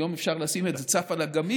היום אפשר לשים את זה צף על אגמים,